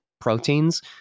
proteins